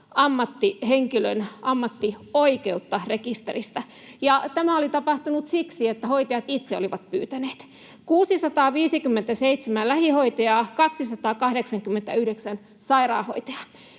ammattihenkilön ammattioikeutta rekisteristä, ja tämä oli tapahtunut siksi, että hoitajat itse olivat pyytäneet: 657 lähihoitajaa, 289 sairaanhoitajaa.